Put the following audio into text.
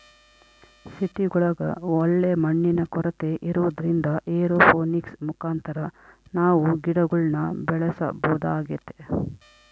ಸಿಟಿಗುಳಗ ಒಳ್ಳೆ ಮಣ್ಣಿನ ಕೊರತೆ ಇರೊದ್ರಿಂದ ಏರೋಪೋನಿಕ್ಸ್ ಮುಖಾಂತರ ನಾವು ಗಿಡಗುಳ್ನ ಬೆಳೆಸಬೊದಾಗೆತೆ